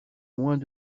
moins